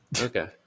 Okay